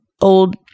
old